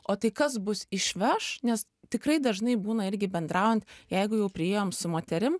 o tai kas bus išveš nes tikrai dažnai būna irgi bendraujant jeigu jau priėjom su moterim